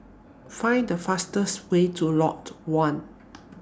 Find The fastest Way to Lot one